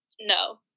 No